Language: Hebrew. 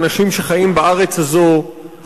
האנשים שחיים בארץ הזאת,